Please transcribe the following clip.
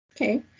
Okay